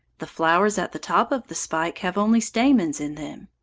the flowers at the top of the spike have only stamens in them.